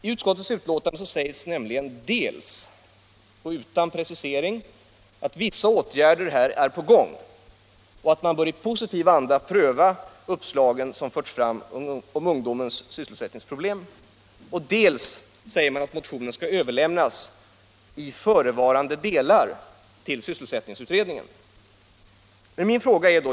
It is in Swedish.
I utskottets betänkande sägs dels — utan precisering — att vissa åtgärder här är på gång och att man bör i positiv anda pröva de uppslag som förts fram i fråga om ungdomens sysselsättningsproblem, dels att motionen skall överlämnas i förevarande delar till sysselsättningsutredningen.